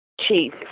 chief